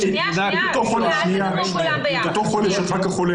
יוליה מלינובסקי, חכי רגע.